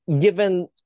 given